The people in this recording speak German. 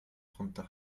drunter